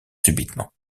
subitement